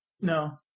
No